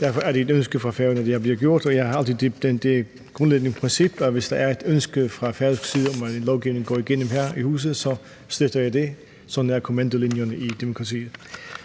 derfor er det et ønske fra Færøerne, hvad vi har gjort, og jeg har altså det grundlæggende princip, at hvis der er et ønske fra Færøsk side om, at lovgivningen går igennem her i huset, så støtter jeg det, som er kommandolinjen i et demokrati.